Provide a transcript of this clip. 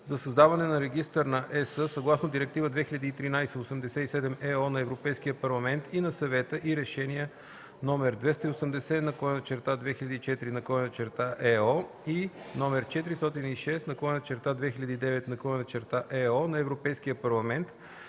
за създаване на Регистър на ЕС съгласно Директива 2003/87/ЕО на Европейския парламент и на Съвета и решения № 280/2004/ЕО и № 406/2009/ЕО на Европейския парламент